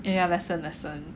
ya lesson lesson